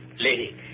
Lady